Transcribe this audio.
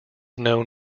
known